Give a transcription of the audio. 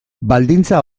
baldintza